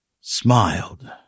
smiled